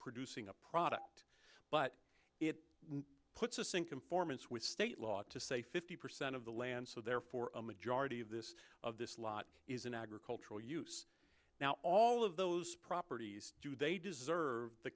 producing a product but it puts a sink informant's with state law to say fifty percent of the land so therefore a majority of this of this lot is in agricultural use now all of those properties do they deserve the